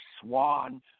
swan